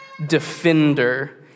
defender